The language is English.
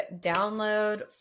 download